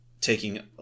taking